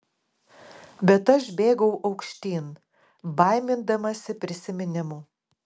bet aš bėgau aukštyn baimindamasi prisiminimų